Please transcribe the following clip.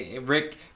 rick